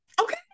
Okay